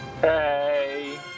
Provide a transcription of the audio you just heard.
Hey